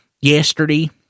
yesterday